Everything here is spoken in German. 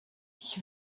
ich